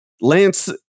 Lance